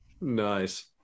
Nice